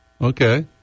Okay